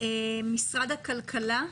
משרד הכלכלה.